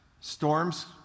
Storms